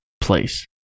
place